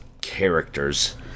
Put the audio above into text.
characters